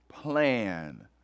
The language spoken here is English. plan